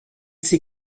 sie